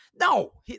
No